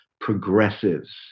progressives